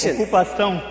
Ocupação